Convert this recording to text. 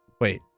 Wait